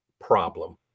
problem